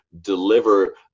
deliver